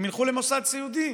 הם ילכו למוסד סיעודי,